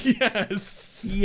yes